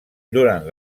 durant